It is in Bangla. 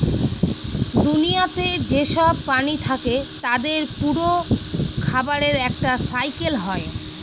দুনিয়াতে যেসব প্রাণী থাকে তাদের পুরো খাবারের একটা সাইকেল হয়